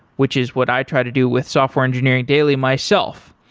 which is what i try to do with software engineering daily myself,